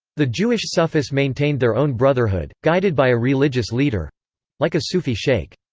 the jewish sufis maintained their own brotherhood, guided by a religious leader like a sufi sheikh.